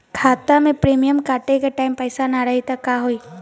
खाता मे प्रीमियम कटे के टाइम पैसा ना रही त का होई?